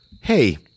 hey